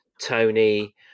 Tony